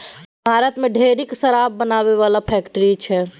भारत मे ढेरिक शराब बनाबै बला फैक्ट्री छै